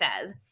says